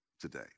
today